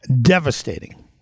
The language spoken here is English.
Devastating